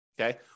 Okay